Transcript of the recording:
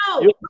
no